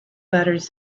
letters